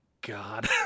god